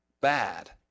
bad